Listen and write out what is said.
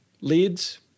leads